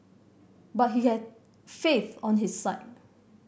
but he had faith on his side